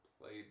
played